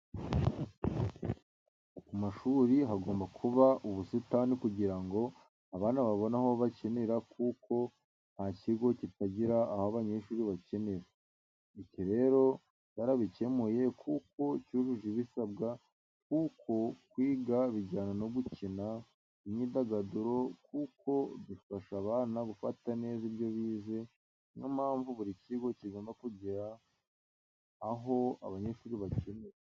Ku mashuri hagomba kuba ubusitani kugira ngo abana babone aho bakinira kuko nta kigo kitagira aho abanyeshuri bakinira. Iki rero cyarabikemuye kuko cyujuje ibisabwa kuko kwiga bijyana no gukina, imyidagaduro kuko bifasha abana gufata neza ibyo bize ni yo mpamvu buri kigo kigomba kugira aho abanyeshuri bakinira.